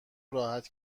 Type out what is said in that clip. راحت